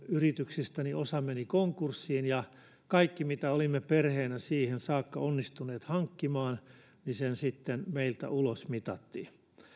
yrityksistäni meni konkurssiin ja kaikki se mitä olimme perheenä siihen saakka onnistuneet hankkimaan sitten meiltä ulosmitattiin